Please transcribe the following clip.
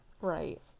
right